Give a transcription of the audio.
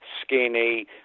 skinny